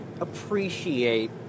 appreciate